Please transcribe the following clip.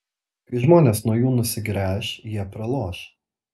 kai žmonės nuo jų nusigręš jie praloš